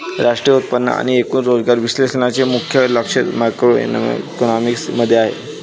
राष्ट्रीय उत्पन्न आणि एकूण रोजगार विश्लेषणाचे मुख्य लक्ष मॅक्रोइकॉनॉमिक्स मध्ये आहे